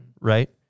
right